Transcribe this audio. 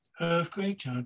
Earthquake